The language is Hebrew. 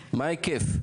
ההיקף?